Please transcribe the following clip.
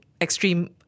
extreme